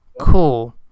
cool